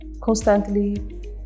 constantly